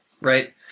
right